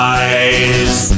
eyes